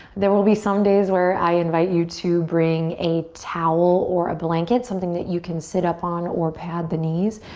there will be some days where i invite you to bring a towel or a blanket, something that you can sit up on or pad the knees.